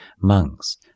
monks